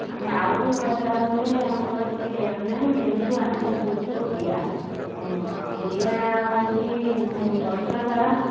ଆମେ ଆଉ କେଉଁ ଭାଷା ଉପରେ ଆମର ଏତେ ଜ୍ଞାନ ନାହିଁ ଯେହେତୁ ଆମେ ହେଉଛୁ ଓଡ଼ିଆ ଆଉ ଓଡ଼ିଆ ହଉଛି ମାନେ ବର୍ଷ ସାରା